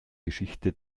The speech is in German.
geschichte